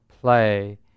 play